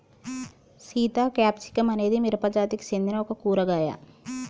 Sita capsicum అనేది మిరపజాతికి సెందిన ఒక కూరగాయ